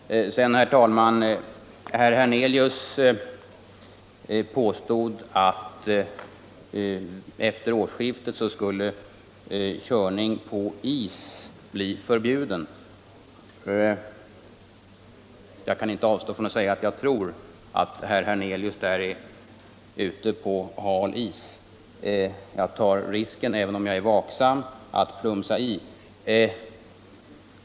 Herr talman! Herr Hernelius påstod att efter årsskiftet skulle körning på is bli förbjuden. Jag kan inte avstå från att säga att jag tror att herr Hernelius där är ute på hal is. Även om jag är vaksam tar jag risken att plumsa i.